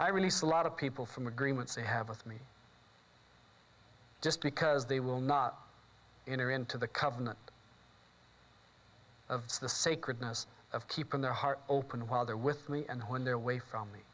i release a lot of people from agreements they have with me just because they will not enter into the covenant of the sacredness of keeping their heart open while they're with me and when they're way from me